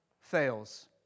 fails